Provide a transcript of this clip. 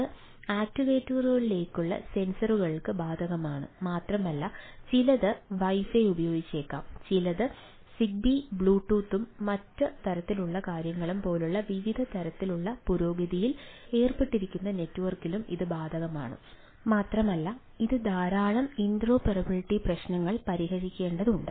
ഇത് ആക്യുവേറ്ററുകളിലേക്കുള്ള സെൻസറുകൾക്ക് ബാധകമാണ് മാത്രമല്ല ചിലത് വൈഫൈ ഉപയോഗിച്ചേക്കാം ചിലത് സിഗ്ബി ബ്ലൂടൂത്തും മറ്റ് തരത്തിലുള്ള കാര്യങ്ങളും പോലുള്ള വിവിധ തരത്തിലുള്ള പുരോഗതിയിൽ ഏർപ്പെട്ടിരിക്കുന്ന നെറ്റ്വർക്കിനും ഇത് ബാധകമാണ് മാത്രമല്ല ഇത് ധാരാളം ഇന്ററോപ്പറബിളിറ്റി പ്രശ്നങ്ങൾ പരിഹരിക്കേണ്ടതുണ്ട്